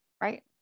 right